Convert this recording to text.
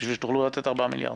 כדי שתוכלו לתת ארבעה מיליארד.